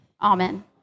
Amen